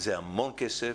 זה המון כסף.